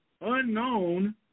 unknown